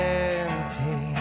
empty